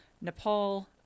Nepal